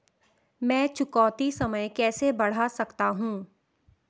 मैं चुकौती समय कैसे बढ़ा सकता हूं?